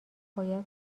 باید